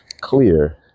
clear